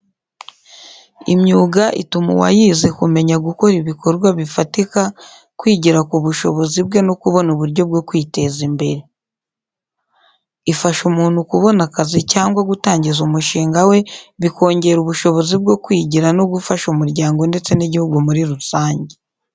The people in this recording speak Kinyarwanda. Imyuga ituma uwayize kumenya gukora ibikorwa bifatika, kwigira ku bushobozi bwe no kubona uburyo bwo kwiteza imbere. Ifasha umuntu kubona akazi cyangwa gutangiza umushinga we, bikongera ubushobozi bwo kwigira no gufasha umuryango ndetse n’igihugu muri rusange.